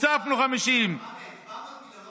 השר דרעי הוסיף 700 מיליון,